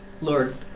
Lord